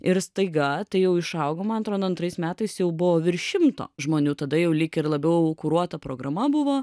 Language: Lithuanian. ir staiga tai jau išaugo man atrodo antrais metais jau buvo virš šimto žmonių tada jau lyg ir labiau kuruota programa buvo